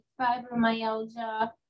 fibromyalgia